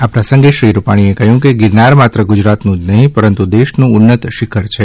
આ પ્રસંગે શ્રી રૂપાણીએ કહ્યું કે ગિરનાર માત્ર ગુજરાતનું જ નહીં પરંતુ દેશનું ઉન્નત શિખર છે